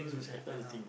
I pack the things